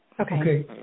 Okay